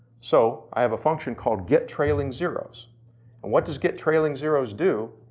so i have a function called, gettrailingzeros. and what does gettrailingzeros do?